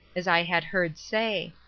as i had heard say,